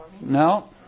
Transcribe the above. No